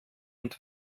und